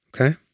okay